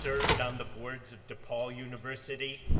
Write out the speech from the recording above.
served on the boards of depaul university,